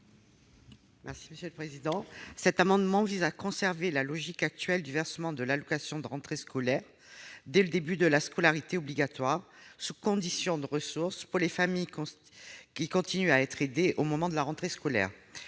Mme Viviane Malet. Cet amendement vise à conserver la logique actuelle du versement de l'allocation de rentrée scolaire, l'ARS, dès le début de la scolarité obligatoire, sous condition de ressources, afin que les familles continuent à être aidées lors de la rentrée scolaire.